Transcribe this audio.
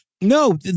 No